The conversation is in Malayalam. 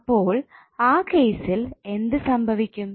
അപ്പോൾ ആ കേസിൽ എന്ത് സംഭവിക്കും